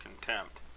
contempt